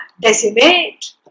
decimate